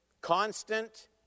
constant